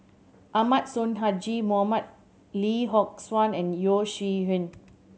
Ahmad Sonhadji Mohamad Lee Yock Suan and Yeo Shih Yun